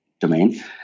domain